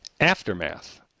Aftermath